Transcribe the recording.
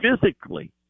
physically